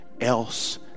else